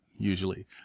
usually